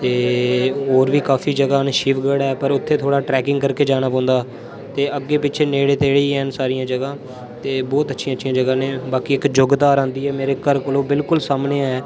ते होर बी काफी जगह ना शिवगढ़ ऐ पर उत्थें थोह्ड़ा ट्रैकिंग करके जाना पौदा ते अग्गे पीछे नेड़े नेड़े गे न सारियां जगहा ते बहुत अच्छियां अच्छियां जगहा न बाकी इक जोगतारन आंदी ऐ मेरे घरा कोला बिल्कुल सामने ऐ